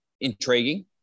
intriguing